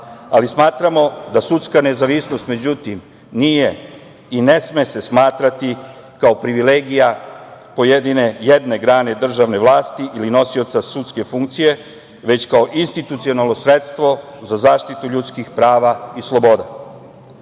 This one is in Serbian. ali smatramo da sudska nezavisnost međutim nije i ne sme se smatrati kao privilegije jedne grane državne vlasti ili nosioca sudske funkcije, već kao institucionalno sredstvo za zaštitu ljudskih prava i sloboda. Samim